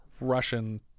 russian